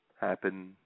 happen